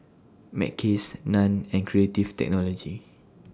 Mackays NAN and Creative Technology